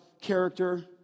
character